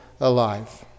alive